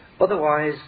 otherwise